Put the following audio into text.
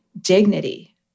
dignity